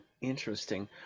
interesting